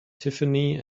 tiffany